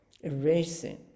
erasing